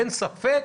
אין ספק,